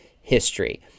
history